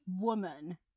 woman